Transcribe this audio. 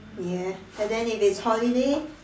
ya and then if it's holiday